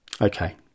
Okay